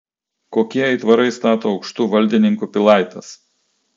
kokie aitvarai stato aukštų valdininkų pilaites